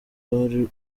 rwari